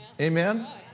Amen